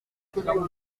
pour